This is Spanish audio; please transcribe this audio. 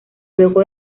luego